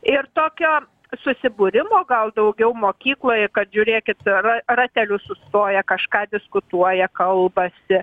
ir tokio susibūrimo gal daugiau mokykloje kad žiūrėkite ra rateliu sustoję kažką diskutuoja kalbasi